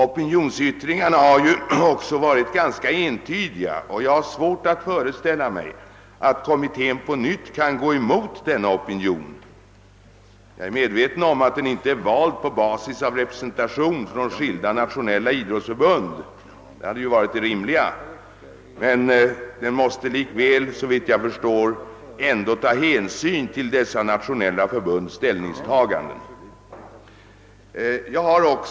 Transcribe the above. Opinionsyttringarna har också varit ganska entydiga, och jag har svårt att föreställa mig att kommittén på nytt kan gå emot denna opinion. Jag är medveten om att den inte är vald på basis av representation från skilda nationella idrottsförbund — det hade varit rimligt — men den måste likväl såvitt jag förstår ta hänsyn til dessa nationella förbunds ställningstagande.